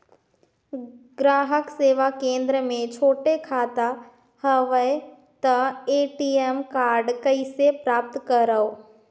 ग्राहक सेवा केंद्र मे छोटे खाता हवय त ए.टी.एम कारड कइसे प्राप्त करव?